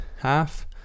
half